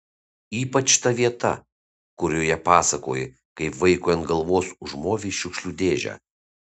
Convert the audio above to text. ypač ta vieta kurioje pasakoji kaip vaikui ant galvos užmovei šiukšlių dėžę